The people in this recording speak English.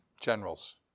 generals